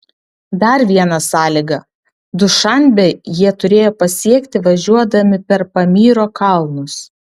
dar viena sąlyga dušanbę jie turėjo pasiekti važiuodami per pamyro kalnus